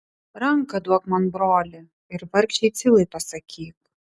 ranką duok man broli ir vargšei cilai pasakyk